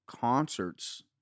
concerts